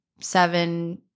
seven